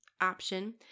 option